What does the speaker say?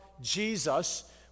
Jesus